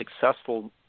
successful